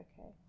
Okay